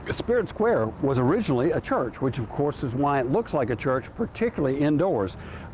ah spirit square was originally a church, which of course is why it looks like a church, particularly indoors.